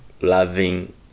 loving